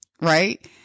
right